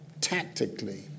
tactically